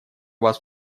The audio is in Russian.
вас